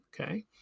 Okay